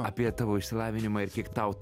apie tavo išsilavinimą ir kiek tau